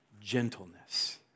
gentleness